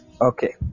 Okay